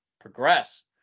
progress